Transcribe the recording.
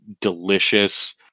delicious